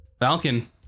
Falcon